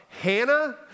Hannah